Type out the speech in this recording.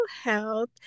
health